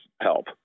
help